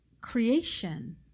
creation